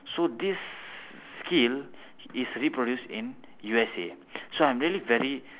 so this skill is reproduced in U_S_A so I'm really very